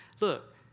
Look